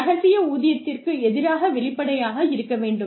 ரகசிய ஊதியத்திற்கு எதிராக வெளிப்படையாக இருக்க வேண்டும்